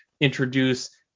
introduce